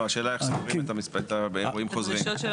לא, השאלה איך סופרים אירועים חוזרים.